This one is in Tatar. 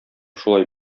шулай